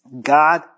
God